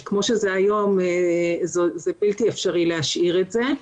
שכמו שזה היום זה בלתי אפשרי להשאיר את זה.